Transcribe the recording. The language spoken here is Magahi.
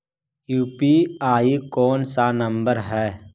यु.पी.आई कोन सा नम्बर हैं?